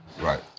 Right